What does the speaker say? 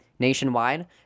Nationwide